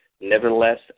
Nevertheless